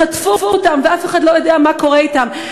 וחטפו אותם ואף אחד לא יודע מה קורה אתם.